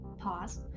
Pause